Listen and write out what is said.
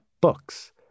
books